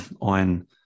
on